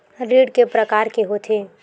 ऋण के प्रकार के होथे?